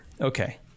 Okay